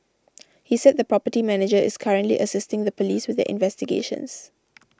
he said the property manager is currently assisting the police with their investigations